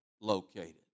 located